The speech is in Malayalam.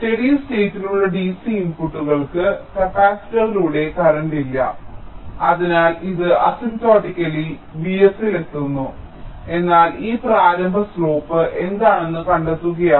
സ്റ്റെഡി സ്റ്റേറ്റ്ലുള്ള DC ഇൻപുട്ടുകൾക്ക് കപ്പാസിറ്ററിലൂടെ കറന്റ് ഇല്ല അതിനാൽ ഇത് അസിംപ്റ്റോട്ടിക്കലി Vs ൽ എത്തുന്നു എന്നാൽ ഇ പ്രാരംഭ ചരിവ് എന്താണെന്ന് കണ്ടെത്തുകയാണ്